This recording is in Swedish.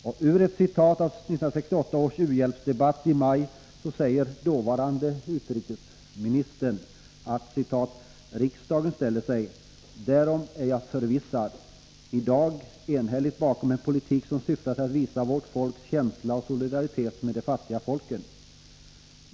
Vid riksdagens u-hjälpsdebatt i maj 1968 sade dåvarande utrikesministern att riksdagen ”ställer sig — därom är jag förvissad — i dag enhälligt bakom en politik som syftar att visa vårt folks känsla och solidaritet med de fattiga folken.